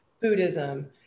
Buddhism